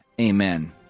amen